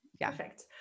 Perfect